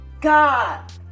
God